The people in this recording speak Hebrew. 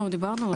לא, דיברנו.